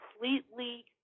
completely